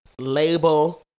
label